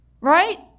Right